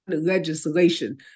legislation